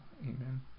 Amen